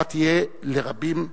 אתה תהיה לרבים אחרים.